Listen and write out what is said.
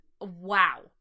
wow